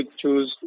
choose